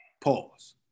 Pause